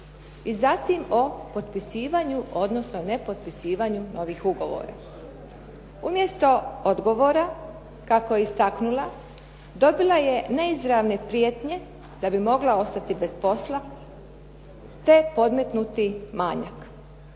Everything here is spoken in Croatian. i zatim o potpisivanju odnosno ne potpisivanju novih ugovora. Umjesto odgovora, kako je istaknula, dobila je neizravne prijetnje da bi mogla ostati bez posla te podmetnuti manjak.